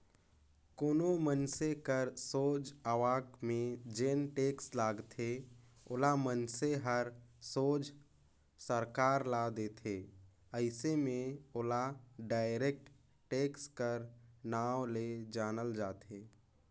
कोनो मइनसे कर सोझ आवक में जेन टेक्स लगथे ओला मइनसे हर सोझ सरकार ल देथे अइसे में ओला डायरेक्ट टेक्स कर नांव ले जानल जाथे